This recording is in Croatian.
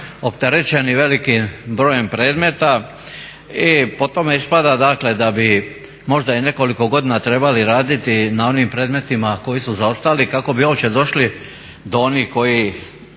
opterećeni velikim brojem predmeta i po tome ispada dakle da bi možda i nekoliko godina trebali raditi na onim predmetima koji su zaostali kako bi uopće došli do onih koji